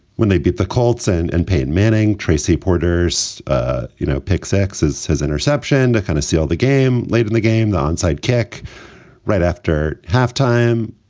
when they beat the colts and and peyton manning. tracy porter's you know picks x his his interception to kind of steal the game late in the game, the onside kick right after halftime.